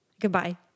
goodbye